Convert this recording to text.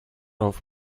off